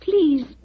Please